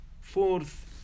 Fourth